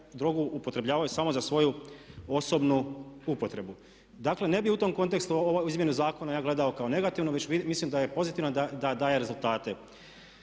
drogu upotrebljavaju samo za svoju osobnu upotrebu. Dakle, ne bih u tom kontekstu ove izmjene zakona ja gledao kao negativno već mislim da je pozitivno da daje rezultate.